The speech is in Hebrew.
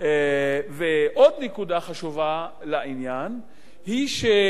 עוד נקודה חשובה לעניין היא שהמשפחות